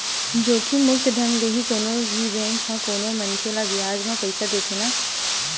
जोखिम मुक्त ढंग ले ही कोनो भी बेंक ह कोनो मनखे ल बियाज म पइसा देथे न